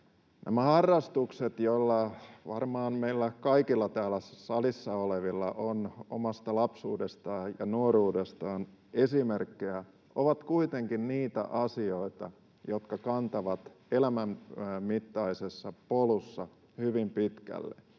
Nämä harrastukset, joista varmaan meillä kaikilla täällä salissa olevilla on omasta lapsuudesta ja nuoruudesta esimerkkejä, ovat kuitenkin niitä asioita, jotka kantavat elämänmittaisella polulla hyvin pitkälle.